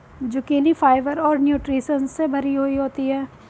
zucchini fibre और nutritions से भरी हुई होती है